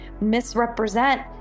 misrepresent